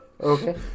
Okay